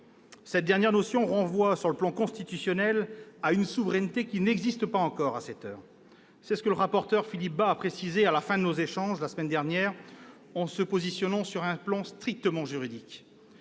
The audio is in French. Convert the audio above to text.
Cette dernière notion renvoie du point de vue constitutionnel à une souveraineté qui n'existe pas encore à cette heure. C'est ce que le rapporteur Philippe Bas a précisé à la fin de nos échanges la semaine dernière en se plaçant sur plan strictement juridique.